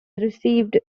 received